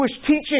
teaching